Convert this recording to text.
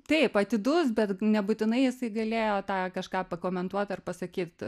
taip atidus bet nebūtinai jisai galėjo tą kažką pakomentuot ar pasakyt